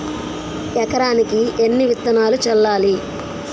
ఎకరానికి ఎన్ని విత్తనాలు చల్లాలి?